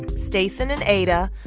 stacen and ada,